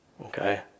okay